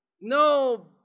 No